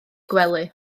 gwely